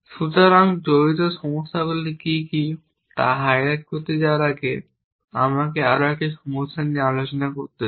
সুতরাং জড়িত সমস্যাগুলি কী কী তা হাইলাইট করতে যাওয়ার আগে আমাকে আরও 1টি সমস্যা নিয়ে আলোচনা করতে দিন